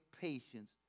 patience